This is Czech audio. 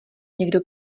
někdo